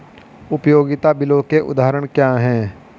उपयोगिता बिलों के उदाहरण क्या हैं?